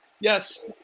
Yes